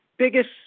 biggest